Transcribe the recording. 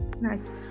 Nice